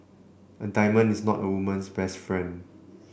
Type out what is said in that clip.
a diamond is not a woman's best friend